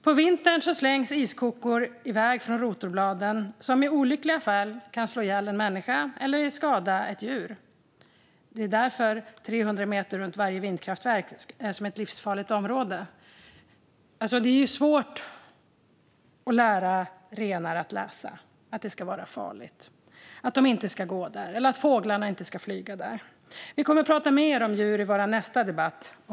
På vintern slängs iskokor iväg från rotorbladen och kan i olyckliga fall slå ihjäl en människa eller skada ett djur. Därför är 300 meter runt varje vindkraftverk livsfarligt område. Det är svårt att lära renar och fåglar att läsa att det är farligt område där de inte ska gå eller flyga. Vi kommer att prata mer om djurlivet i vår nästa debatt.